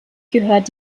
gehört